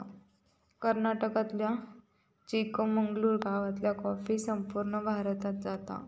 कर्नाटकातल्या चिकमंगलूर गावातना कॉफी संपूर्ण भारतात जाता